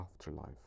afterlife